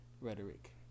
rhetoric